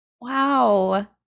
wow